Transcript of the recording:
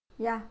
ya